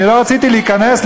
אני לא רציתי להיכנס,